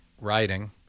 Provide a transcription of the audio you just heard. writing